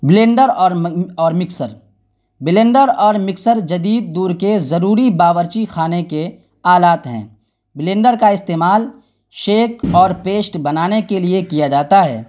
blender اور اور mixer blender اور مکسر جدید دور کے ضروری باورچی خانے کے آلات ہیں بلینڈر کا استعمال شیک اور پیسٹ بنانے کے لیے کیا جاتا ہے